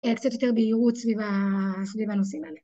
קצת יותר בהירות סביב הנושאים האלה